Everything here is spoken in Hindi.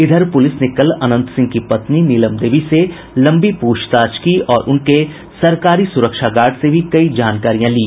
इधर पुलिस ने कल अनंत सिंह की पत्नी नीलम देवी से लंबी प्रछताछ की और उनके सरकारी सुरक्षा गार्ड से भी कई जानकारियां ली